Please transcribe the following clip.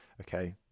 okay